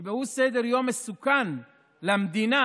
יקבעו סדר-יום מסוכן למדינה